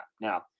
Now